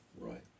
Right